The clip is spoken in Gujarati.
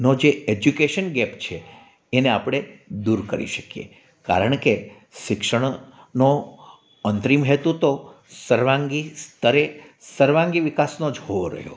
નો જે એજ્યુકેશન ગેપ છે એને આપણે દૂર કરી શકીએ કારણ કે શિક્ષણનો અંતરીમ હેતુ તો સર્વાંગી સ્તરે સર્વાંગી વિકાસનો જ હોવો રહ્યો